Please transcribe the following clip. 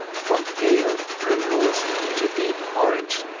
from pale primrose to deep orange,